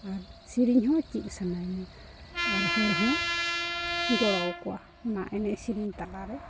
ᱟᱨ ᱥᱮᱨᱮᱧ ᱦᱚᱸ ᱪᱮᱫ ᱥᱟᱱᱟᱧᱟ ᱟᱨ ᱦᱚᱲ ᱦᱚᱸᱧ ᱜᱚᱲᱚ ᱠᱚᱣᱟ ᱱᱚᱣᱟ ᱮᱱᱮᱡ ᱥᱮᱨᱮᱧ ᱛᱟᱞᱟ ᱨᱮ